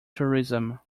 tourism